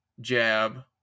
jab